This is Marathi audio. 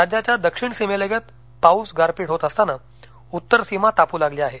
राज्याच्या दक्षिण सीमेलगत पाऊस गारपीट होत असताना उत्तर सीमा तापू लागली आहे